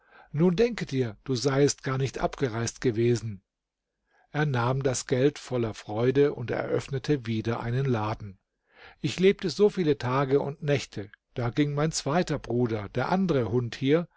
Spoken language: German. nun denke dir du seiest gar nicht abgereist gewesen er nahm das geld voller freude und eröffnete wieder einen laden ich lebte so viele tage und nächte da ging mein zweiter bruder der andere hund hier